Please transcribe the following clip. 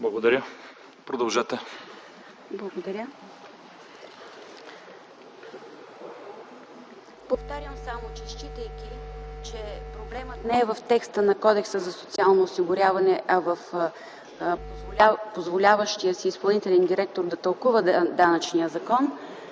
България.) Продължете. ВАНЯ ДОНЕВА: Благодаря. Повтарям, считайки, че проблемът не е в текста на Кодекса за социално осигуряване, а в позволяващия си изпълнителен директор да тълкува Данъчния закон,